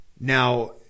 Now